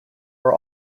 are